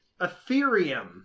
Ethereum